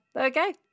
Okay